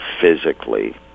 physically